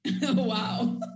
Wow